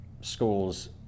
schools